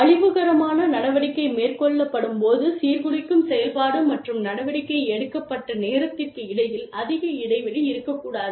அழிவுகரமான நடவடிக்கை மேற்கொள்ளப்படும்போது சீர்குலைக்கும் செயல்பாடு மற்றும் நடவடிக்கை எடுக்கப்பட்ட நேரத்திற்கு இடையில் அதிக இடைவெளி இருக்கக்கூடாது